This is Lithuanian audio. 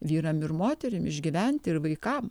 vyram ir moterim išgyventi ir vaikam